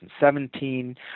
2017